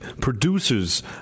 producers